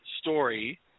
story